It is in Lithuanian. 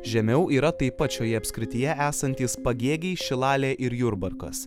žemiau yra tai pat šioje apskrityje esantys pagėgiai šilalė ir jurbarkas